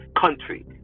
country